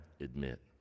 admit